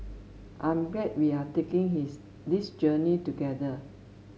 I'm glad we are taking his this journey together